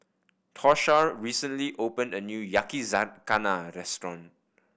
Tosha recently opened a new Yakizakana Restaurant